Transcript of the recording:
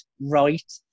right